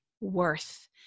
worth